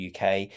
uk